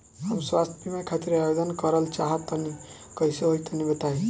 हम स्वास्थ बीमा खातिर आवेदन करल चाह तानि कइसे होई तनि बताईं?